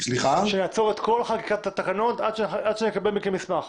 שאני אעצור את כל חקיקת התקנות עד שאקבל מכם מסמך?